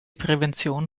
prävention